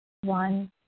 One